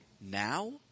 Now